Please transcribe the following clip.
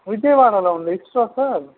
విజయవాడలో ఉంది ఇస్రో సార్